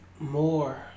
more